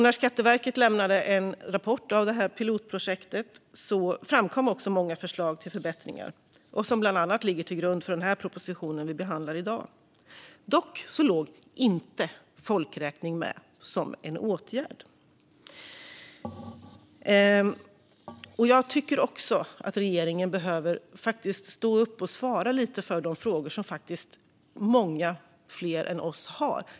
När Skatteverket lämnade en rapport om det här pilotprojektet framkom också många förslag till förbättringar som bland annat ligger till grund för den proposition som vi behandlar i dag. Dock låg inte folkräkning med som en åtgärd. Jag tycker att regeringen behöver stå upp och svara på de frågor som faktiskt många fler än vi har.